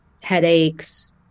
headaches